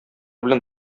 белән